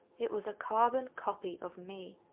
it was a carbon copy of me.